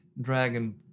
Dragon